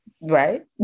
Right